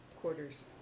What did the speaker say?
quarters